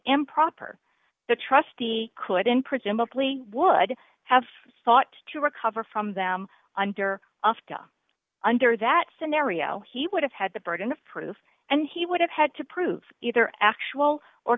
improper the trustee could and presumably would have sought to recover from them under after under that scenario he would have had the burden of proof and he would have had to prove either actual or